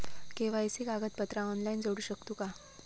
KYC कागदपत्रा online जोडू शकतू का?